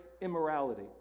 immorality